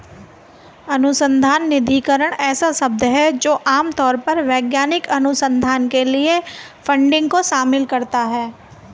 अनुसंधान निधिकरण ऐसा शब्द है जो आम तौर पर वैज्ञानिक अनुसंधान के लिए फंडिंग को शामिल करता है